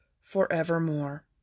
forevermore